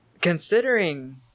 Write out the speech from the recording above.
Considering